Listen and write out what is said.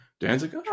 Danzig